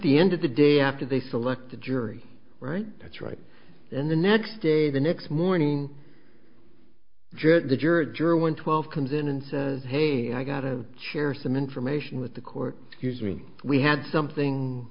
the end of the day after they select a jury right that's right and the next day the next morning the juror during one twelve comes in and says hey i got a chair some information with the court use me we had something